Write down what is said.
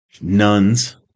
nuns